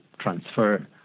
transfer